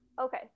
Okay